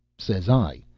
says i,